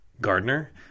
Gardner